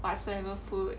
whatsoever food